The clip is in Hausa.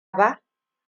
ba